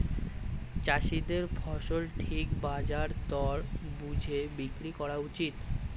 চাষীদের ফসল ঠিক বাজার দর বুঝে বিক্রি করা উচিত